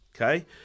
Okay